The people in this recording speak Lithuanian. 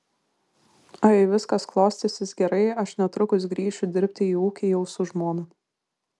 o jei viskas klostysis gerai aš netrukus grįšiu dirbti į ūkį jau su žmona